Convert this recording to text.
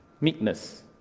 meekness